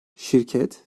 şirket